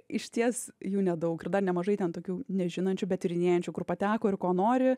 išties jų nedaug ir dar nemažai ten tokių nežinančių bet tyrinėjančių kur pateko ir ko nori